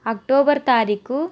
October తారీఖు